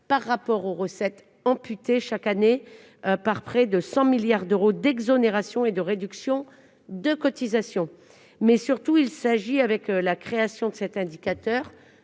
par rapport aux recettes, amputées chaque année de près de 100 milliards d'euros d'exonérations et de réductions de cotisations. Surtout, avec la création de cet indicateur,